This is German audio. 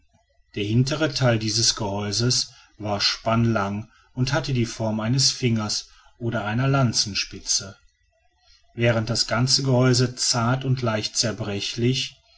der hintere teil dieses gehäuses war spannlang und hatte die form eines fingers oder einer lanzenspitze während das ganze gehäuse zart und leicht zerbrechlich